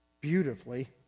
beautifully